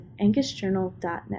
angusjournal.net